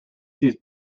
sees